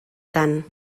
tant